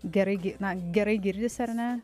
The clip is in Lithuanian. gerai gi na gerai girdisi ar ne